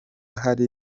hari